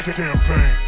campaign